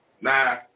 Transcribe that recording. Nah